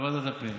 לוועדת הפנים.